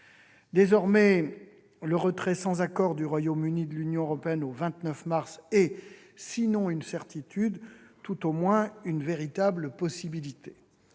Désormais, le retrait sans accord du Royaume-Uni de l'Union européenne au 29 mars est, sinon une certitude, tout au moins une véritable possibilité.